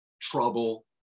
trouble